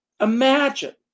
Imagine